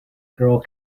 girl